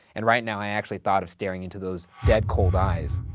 and right now, i actually thought of staring into those dead, cold eyes,